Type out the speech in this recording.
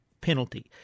penalty